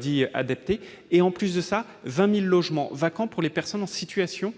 dits « adaptés », auxquels s'ajoutent 20 000 logements vacants pour les personnes réfugiées.